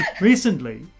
Recently